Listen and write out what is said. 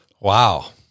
Wow